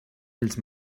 ells